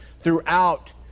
throughout